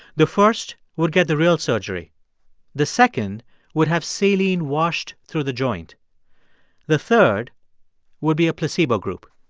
the first would get the real surgery the second would have saline washed through the joint the third would be a placebo group.